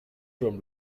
from